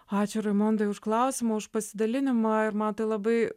ačiū raimondai už klausimą už pasidalinimą ir man tai labai